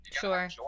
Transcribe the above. Sure